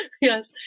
Yes